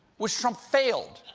which trump failed.